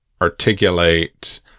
articulate